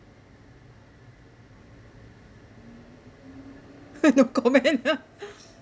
no comment